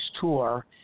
Tour